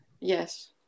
Yes